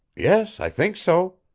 yes, i think so.